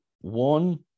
one